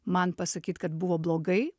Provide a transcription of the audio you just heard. man pasakyt kad buvo blogai